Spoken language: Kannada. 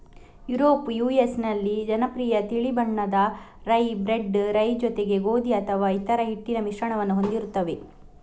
ಯುರೋಪ್ ಯು.ಎಸ್ ನಲ್ಲಿ ಜನಪ್ರಿಯ ತಿಳಿ ಬಣ್ಣದ ರೈ, ಬ್ರೆಡ್ ರೈ ಜೊತೆಗೆ ಗೋಧಿ ಅಥವಾ ಇತರ ಹಿಟ್ಟಿನ ಮಿಶ್ರಣವನ್ನು ಹೊಂದಿರುತ್ತವೆ